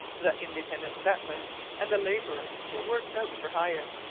the independent settler and the labourer who works out for hire,